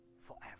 forever